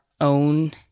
own